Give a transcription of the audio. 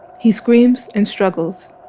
he screams and struggles.